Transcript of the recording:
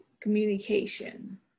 communication